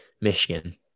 michigan